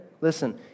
Listen